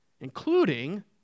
including